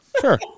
Sure